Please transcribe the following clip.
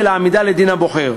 ולעמידה לדין הבוחר.